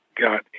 got